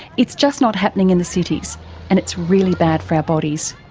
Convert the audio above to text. it's just not happening in the cities and it's really bad for our bodies.